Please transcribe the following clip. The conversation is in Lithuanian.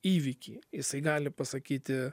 įvykį jisai gali pasakyti